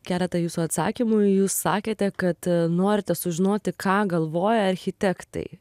keletą jūsų atsakymų jūs sakėte kad norite sužinoti ką galvoja architektai